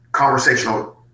Conversational